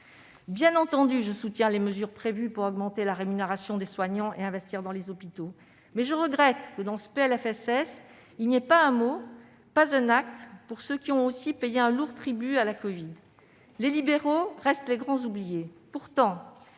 Bien entendu, je soutiens les mesures prévues pour augmenter la rémunération des soignants et investir dans les hôpitaux. Mais je regrette que, dans ce PLFSS, il n'y ait pas un mot, pas un acte, pour ceux qui ont aussi payé un lourd tribut à la covid-19 ! Les libéraux restent les grands oubliés.